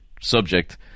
subject